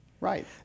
Right